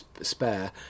Spare